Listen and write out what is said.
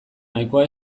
nahikoa